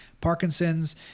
Parkinson's